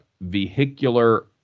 vehicular